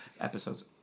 Episodes